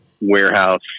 warehouse